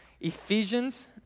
Ephesians